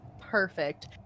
Perfect